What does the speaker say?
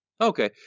Okay